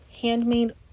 handmade